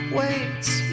waits